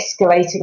escalating